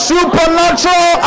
Supernatural